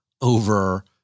over